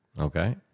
Okay